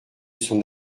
son